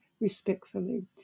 respectfully